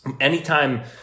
Anytime